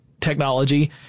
technology